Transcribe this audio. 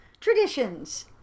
traditions